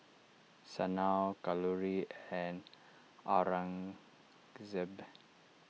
Sanal Kalluri and Aurangzeb